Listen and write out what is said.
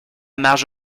marge